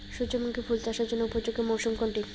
সূর্যমুখী ফুল চাষের জন্য উপযোগী মরসুম কোনটি?